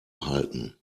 halten